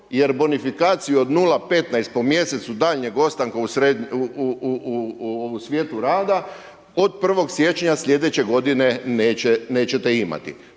jer bonifikaciju od 0,15 po mjesecu daljnjeg ostanka u svijetu rada od 01. siječnja sljedeće godine, nećete imati.